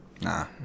Nah